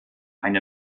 eine